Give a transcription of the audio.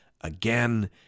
again